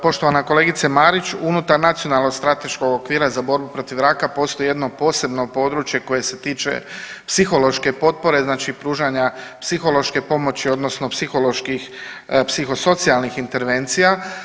Poštovana kolegice Marić unutar nacionalnog strateškog okvira za borbu protiv raka postoji jedno posebno područje koje se tiče psihološke potpore znači pružanja psihološke pomoći odnosno psiholoških, psihosocijalnih intervencija.